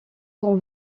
sans